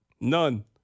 None